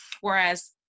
Whereas